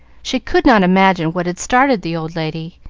she could not imagine what had started the old lady.